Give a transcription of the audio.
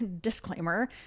disclaimer